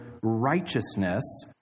righteousness